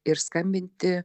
ir skambinti